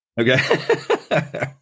Okay